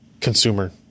consumer